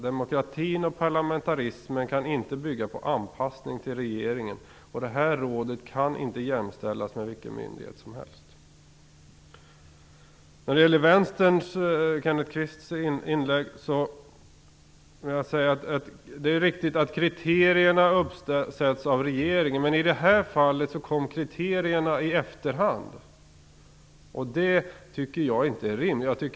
Demokratin och parlamentarismen kan inte bygga på anpassning till regeringen, och det här rådet kan inte jämställas med vilken myndighet som helst. När det gäller inlägget från Vänsterns Kenneth Kvist är det riktigt att kriterierna uppställs av regeringen, men i det här fallet kom kriterierna i efterhand, och det tycker jag inte är rimligt.